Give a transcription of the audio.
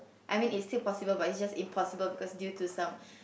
I mean it's still possible but it's just impossible because due to some